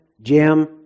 Jim